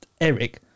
Eric